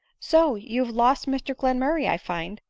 so you have lost mr glenmurray, i find!